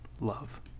love